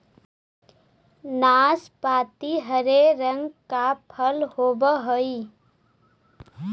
नाशपाती हरे रंग का फल होवअ हई